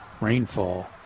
rainfall